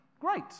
Great